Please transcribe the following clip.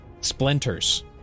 Splinters